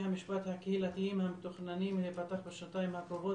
המשפט הקהילתיים המתוכננים להיפתח בשנתיים הקרובות